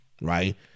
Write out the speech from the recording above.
right